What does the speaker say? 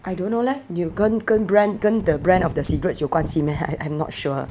I don't know leh 有跟跟 brand 跟 the brand of the cigarettes 有关系 meh I'm not sure